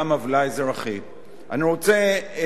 אני רוצה להסב את תשומת לבך,